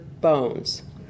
bones